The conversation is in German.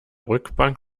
rückbank